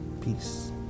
Peace